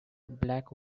black